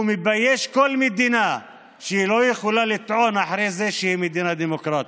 שהוא מבייש כל מדינה שלא יכולה לטעון אחרי זה שהיא מדינה דמוקרטית.